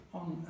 on